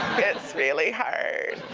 it's really hard.